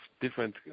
different